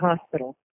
Hospital